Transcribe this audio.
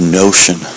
notion